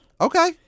Okay